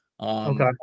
Okay